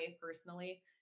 personally